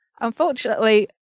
Unfortunately